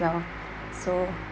well so